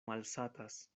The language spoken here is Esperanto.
malsatas